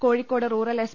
Kozhikode rural S